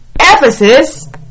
Ephesus